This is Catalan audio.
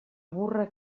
burra